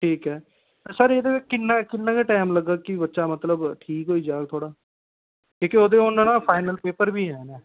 ठीक ऐ ते सर एह् किन्ना गै किन्ना गै टैम लग्गग कि बच्चा मतलब ठीक होई जाह्ग थोह्ड़ा कि के ओहदे हून ना फाइनल पेपर बी हैन न